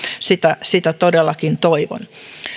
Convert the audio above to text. sitä sitä todellakin toivon